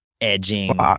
edging